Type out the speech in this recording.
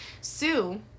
sue